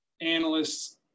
analysts